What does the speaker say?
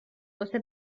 واسه